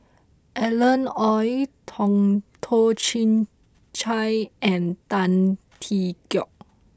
Alan Oei Tong Toh Chin Chye and Tan Tee Yoke